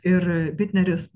ir bitneris